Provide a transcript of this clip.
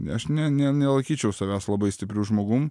aš ne ne nelaikyčiau savęs labai stipriu žmogum